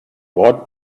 what